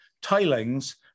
tilings